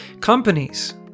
Companies